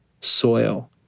soil